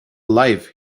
life